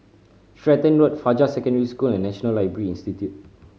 Stratton Road Fajar Secondary School and National Library Institute